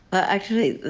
ah actually,